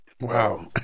Wow